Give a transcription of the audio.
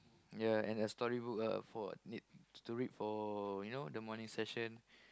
ya and a storybook ah for need to read for you know the morning session